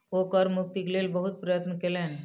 ओ कर मुक्तिक लेल बहुत प्रयत्न कयलैन